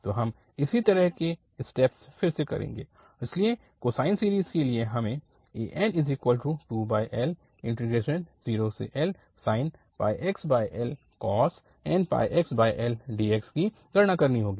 तो हम इसी तरह के स्टेप्स फिर से करेंगे इसलिए कोसाइन सीरीज़ के लिए हमें an2l0lsin πxl cos nπxl dx की गणना करनी होगी